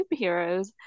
superheroes